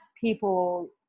people